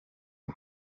ubu